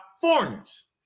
foreigners